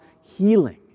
healing